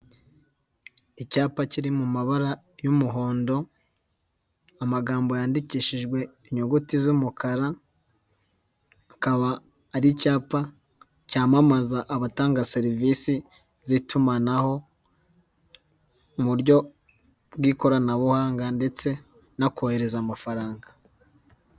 Icyapa kiri mu mabara y'umuhondo, amagambo yandikishijwe inyuguti z'umukara, akaba ari icyapa cyamamaza abatanga serivisi z'itumanaho, mu buryo bw'ikoranabuhanga ndetse no kohereza amafaranga.